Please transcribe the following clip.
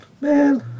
man